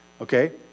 Okay